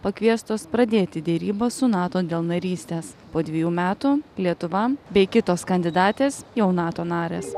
pakviestos pradėti derybas su nato dėl narystės po dvejų metų lietuva bei kitos kandidatės jau nato narės